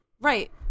right